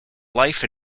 life